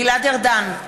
גלעד ארדן,